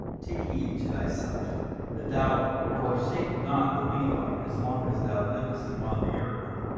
take heed to thyself that thou forsake not the levite as long as thou livest upon the earth.